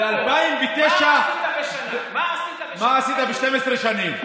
מה עשית בשנה?